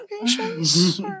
patients